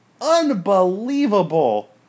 Unbelievable